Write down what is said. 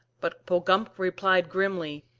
but pogumk replied grimly,